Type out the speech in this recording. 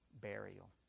burial